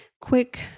quick